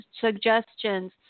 suggestions